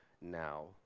now